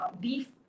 beef